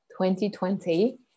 2020